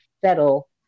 settle